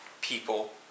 people